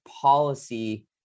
policy